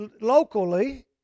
locally